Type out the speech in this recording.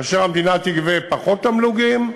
כאשר המדינה תגבה פחות תמלוגים,